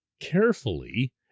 carefully